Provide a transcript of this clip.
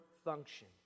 function